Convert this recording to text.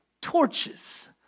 torches